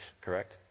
correct